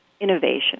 innovation